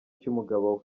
cy’umugabo